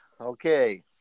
Okay